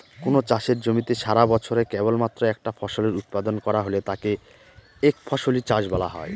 কোনো চাষের জমিতে সারাবছরে কেবলমাত্র একটা ফসলের উৎপাদন করা হলে তাকে একফসলি চাষ বলা হয়